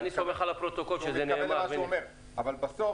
אבל בסוף,